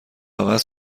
عوض